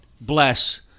bless